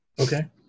Okay